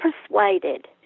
persuaded